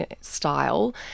style